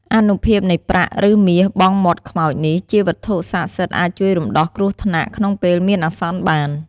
អានុភាពនៃប្រាក់ ឬមាសបង់មាត់ខ្មោចនេះជាវត្ថុសក្ដិសិទ្ធអាចជួយរំដោះគ្រោះថ្នាក់ក្នុងពេលមានអាសន្នបាន ។